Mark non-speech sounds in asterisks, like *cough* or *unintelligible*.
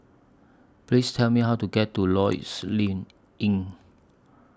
Please Tell Me How to get to Lloyds *unintelligible* Inn